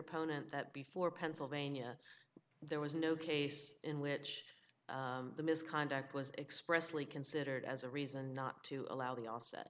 opponent that before pennsylvania there was no case in which the misconduct was expressly considered as a reason not to allow the a